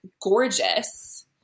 gorgeous